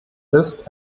ist